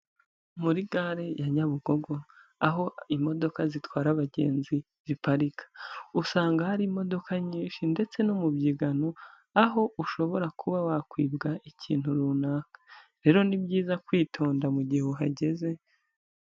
Muri gare ya Nyabugogo aho imodoka zitwara abagenzi ziparika, usanga hari imodoka nyinshi ndetse n'umubyigano, aho ushobora kuba wakwibwa ikintu runaka, rero ni byiza kwitonda mu gihe uhageze.